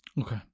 Okay